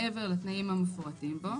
מעבר לתנאים המפורטים בו,